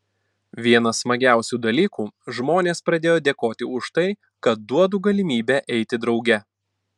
vienas smagiausių dalykų žmonės pradėjo dėkoti už tai kad duodu galimybę eiti drauge